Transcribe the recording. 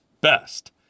best